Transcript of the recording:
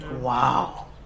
Wow